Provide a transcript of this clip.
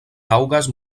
taŭgas